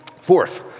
Fourth